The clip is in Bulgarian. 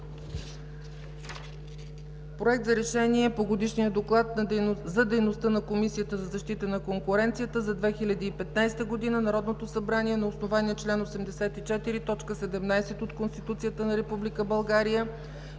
„Проект! РЕШЕНИЕ по Годишния доклад за дейността на Комисията за защита на конкуренцията за 2015 г. Народното събрание на основание чл. 84, т. 17 от Конституцията на